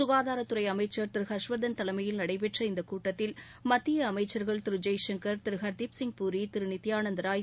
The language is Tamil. சுகாதாரத்துறை அமைச்சா் திரு ஹா்ஷவா்தன் தலைமையில் நடைபெற்ற இந்த கூட்டத்தில் மத்திய அமைச்சர்கள் திரு ஜெய்சங்கர் திரு ஹர்தீப் சிங் பூரி திரு நித்யானந்தா ராய்